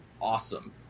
awesome